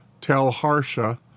Tel-Harsha